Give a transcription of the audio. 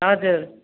हजुर